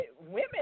women